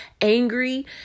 angry